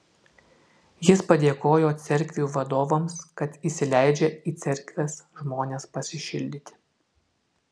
jis padėkojo cerkvių vadovams kad įsileidžia į cerkves žmones pasišildyti